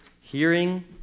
hearing